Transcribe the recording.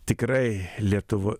tikrai lietuvo